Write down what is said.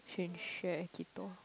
change we are at